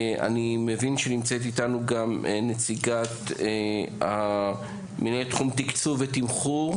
אני מבין שנמצאת איתנו גם מנהלת תחום תקצוב ותמחור,